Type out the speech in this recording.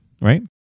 right